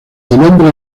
hombre